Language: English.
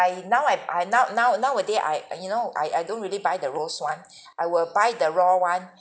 I now I I now now nowadays I you know I I don't really buy the roast one I will buy the raw one